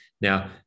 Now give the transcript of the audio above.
now